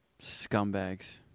Scumbags